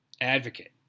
advocate